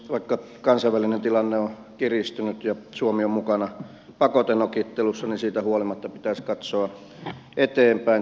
vaikka kansainvälinen tilanne on kiristynyt ja suomi on mukana pakotenokittelussa siitä huolimatta pitäisi katsoa eteenpäin tulevaisuuteen